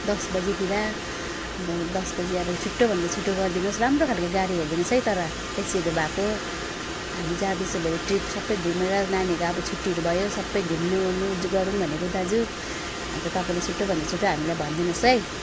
दस बजेतिर अन्त अब दस बजे छिटोभन्दा छिटो गरिदिनु होस् राम्रो खाले गाडी हेरिदिनु होस् है तर एसीहरू भएको हामी जाँदैछौँ भने ट्रिप सबै घुमेर नानीको अब छुट्टीहरू भयो सबै घुम्नु ओर्नु गरौँ भनेको दाजु अन्त तपाईँले छिटोभन्दा छिटो हामीलाई भनिदिनु होस् है